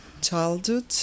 childhood